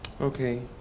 Okay